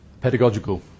pedagogical